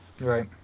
right